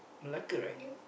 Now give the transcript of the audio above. Malacca right